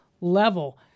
level